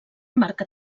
marca